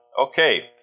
Okay